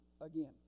again